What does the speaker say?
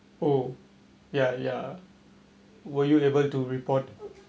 oh ya ya were you able to report